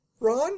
Ron